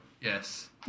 Yes